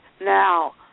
now